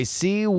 see